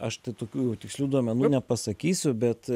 aš tokių tikslių duomenų nepasakysiu bet